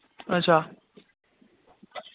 अच्छा